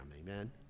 Amen